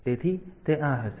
તેથી તે આ હશે